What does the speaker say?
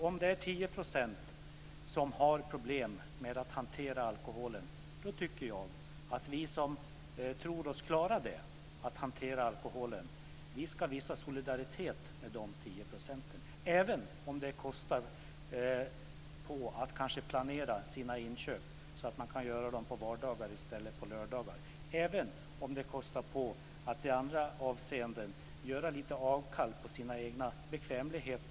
Om det är 10 % som har problem med att hantera alkoholen tycker jag att vi som tror oss klara att hantera alkoholen ska visa solidaritet med de 10 procenten, även om det kostar på att planera sina inköp så att man kan göra dem på vardagar i stället för på lördagar och även om det kostar på att i andra avseenden göra lite avkall på sin egen bekvämlighet.